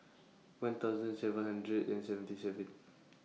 one thousand seven hundred and seventy seven